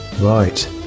right